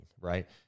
right